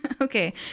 Okay